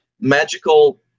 magical